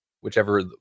whichever